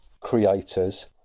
creators